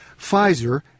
Pfizer